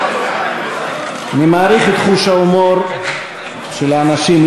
אני מעריך את חוש ההומור של אנשים.